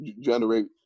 generate